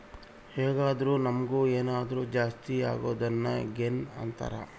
ಹೆಂಗಾದ್ರು ನಮುಗ್ ಏನಾದರು ಜಾಸ್ತಿ ಅಗೊದ್ನ ಗೇನ್ ಅಂತಾರ